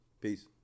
Peace